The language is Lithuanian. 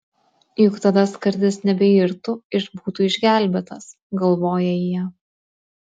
juk tada skardis nebeirtų ir būtų išgelbėtas galvoja jie